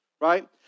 right